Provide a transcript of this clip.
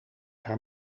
haar